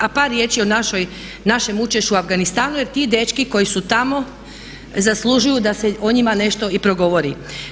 A par riječi o našem učešću u Afganistanu jer ti dečki koji su tamo zaslužuju da se o njima nešto i progovori.